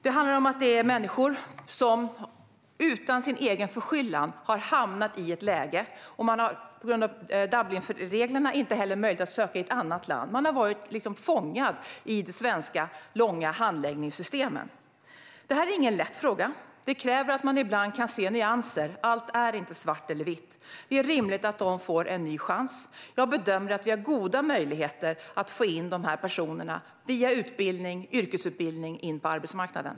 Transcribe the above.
Det handlar om människor som har hamnat i detta läge utan egen förskyllan. De har på grund av Dublinreglerna inte heller haft möjlighet att söka asyl i ett annat land. De har varit fångade i det svenska systemet med de långa handläggningstiderna. Det här är ingen lätt fråga. Det krävs att man ibland kan se nyanser. Allt är inte svart eller vitt. Det är rimligt att de får en ny chans. Jag bedömer att vi har goda möjligheter att via utbildning - yrkesutbildning - få in de här personerna på arbetsmarknaden.